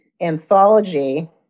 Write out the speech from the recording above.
anthology